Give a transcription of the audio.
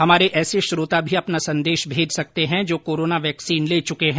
हमारे ऐसे श्रोता भी अपना संदेश भेज सकते हैं जो कोरोना वैक्सीन ले चुके हैं